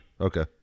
Okay